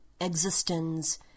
Existence